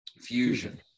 Fusion